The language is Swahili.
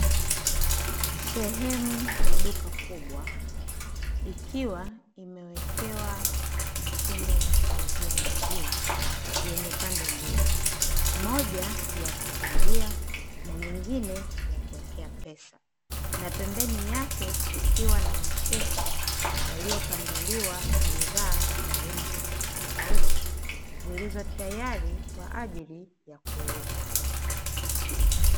Sehemu ya duka kubwa ikiwa imewekewa mashine ya kuuzia maziwa, yenye pande mbili moja, ya kukingia na nyingine ya kuwekea pesa na pembeni yake kukiwa na mashefu yaliyo pangiliwa bidhaa za aina tofauti tofauti zilizotayari kwaajili ya kuuzwa.